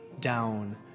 down